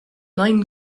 nine